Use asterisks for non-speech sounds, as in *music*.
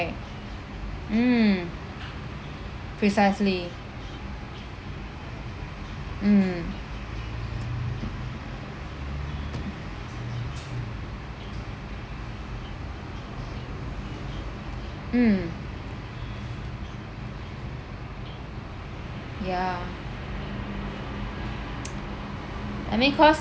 mm precisely mm mm yeah *noise* and then cause